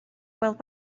gweld